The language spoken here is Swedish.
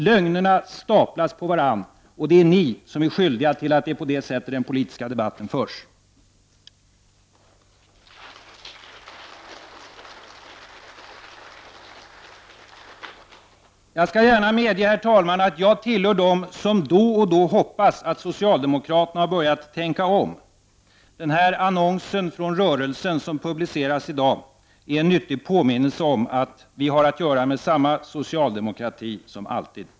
Lögnerna staplas på varandra, och det är socialdemokraterna som är skyldiga till att den politiska debatten förs på detta sätt. Herr talman! Jag skall gärna medge att jag är en av dem som då och då hoppas att socialdemokraterna har börjat tänka om. Den här annonsen från rörelsen som publiceras i dag är en nyttig påminnelse om att vi har att göra med samma socialdemokrati som alltid.